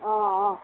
অঁ অঁ